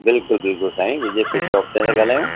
बिल्कुलु बिल्कुलु साईं विजय सी शॉप सां ई था ॻाल्हायूं